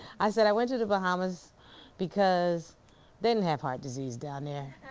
i said, i went to the bahamas because they didn't have heart disease down there.